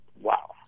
Wow